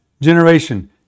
generation